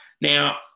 Now